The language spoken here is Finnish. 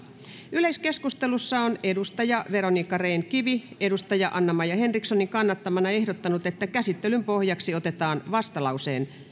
yleiskeskustelussa on veronica rehn kivi anna maja henrikssonin kannattamana ehdottanut että käsittelyn pohjaksi otetaan